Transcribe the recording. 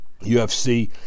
UFC